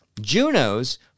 Juno's